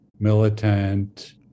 militant